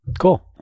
Cool